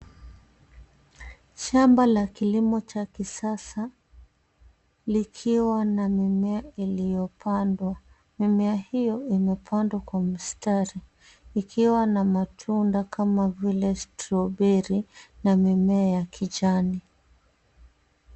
Shamba la kilimo cha kisasa likiwa na mimea iliyo pandwa. Mimea hiyo imepandwa kwa mstari ikiwa na matunda kama vile strawberry na mimea ya kijani.